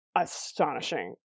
astonishing